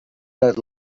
that